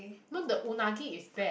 no the unagi is bad